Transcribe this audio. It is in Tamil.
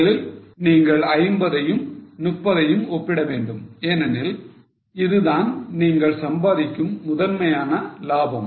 முதலில் நீங்கள் 50 யும் 30 யும் ஒப்பிட வேண்டும் ஏனெனில் இதுதான் நீங்கள் சம்பாதிக்கும் முதன்மையான லாபம்